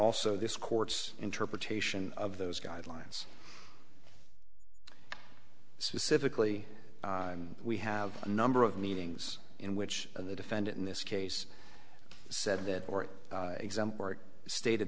also this court's interpretation of those guidelines specifically we have a number of meetings in which the defendant in this case said that